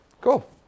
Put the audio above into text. Cool